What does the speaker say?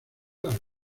largo